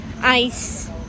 ice